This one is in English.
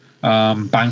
bank